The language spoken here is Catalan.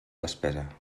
despesa